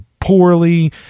poorly